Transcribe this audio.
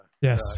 yes